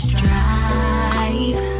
drive